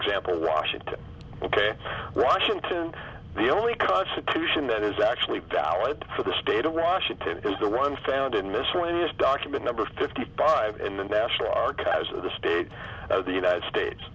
example washington ok rushing to the only constitution that is actually valid for the state of washington is a run found in miscellaneous document number fifty five in the national archives of the state of the united states